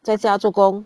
在家做工